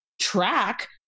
track